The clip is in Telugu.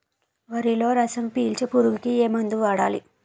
వరిలో రసం పీల్చే పురుగుకి ఏ మందు వాడాలి?